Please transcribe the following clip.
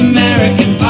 American